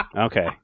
Okay